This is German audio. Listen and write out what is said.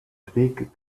krieg